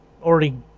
Already